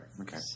Okay